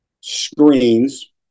screens